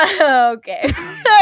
okay